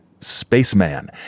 spaceman